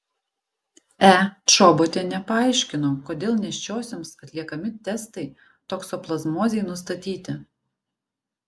e čobotienė paaiškino kodėl nėščiosioms atliekami testai toksoplazmozei nustatyti